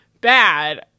bad